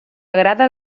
agrada